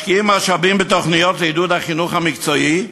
משקיעים משאבים בתוכניות לעידוד החינוך המקצועי.